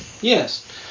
yes